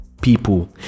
people